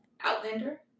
outlander